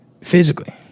Physically